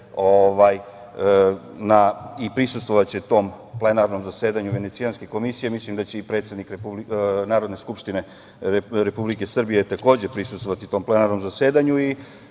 i prisustvovaće tom plenarnom zasedanju Venecijanske komisije, mislim da će i predsednik Narodne skupštine Republike Srbije takođe prisustvovati tom plenarnom zasedanju